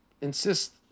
insist